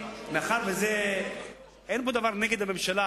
מאחר שאין פה דבר נגד הממשלה,